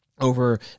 over